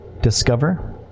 discover